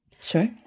Sure